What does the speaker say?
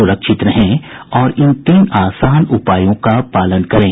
सुरक्षित रहें और इन तीन आसान उपायों का पालन करें